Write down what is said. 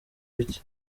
bike